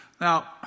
Now